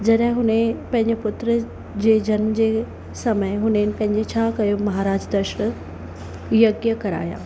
जॾहिं हुन जे पंहिंजे पुत्र जे जनम जे समय हुननि पंहिंजे छा कयो महाराज दशरथ यज्ञ कराया